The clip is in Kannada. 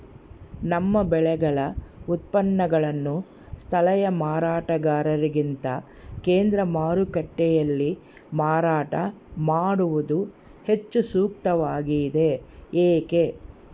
ನಮ್ಮ ಬೆಳೆಗಳ ಉತ್ಪನ್ನಗಳನ್ನು ಸ್ಥಳೇಯ ಮಾರಾಟಗಾರರಿಗಿಂತ ಕೇಂದ್ರ ಮಾರುಕಟ್ಟೆಯಲ್ಲಿ ಮಾರಾಟ ಮಾಡುವುದು ಹೆಚ್ಚು ಸೂಕ್ತವಾಗಿದೆ, ಏಕೆ?